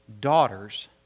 daughters